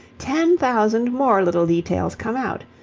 ten thousand more little details come out,